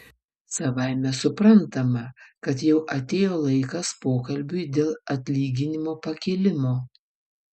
savaime suprantama kad jau atėjo laikas pokalbiui dėl atlyginimo pakėlimo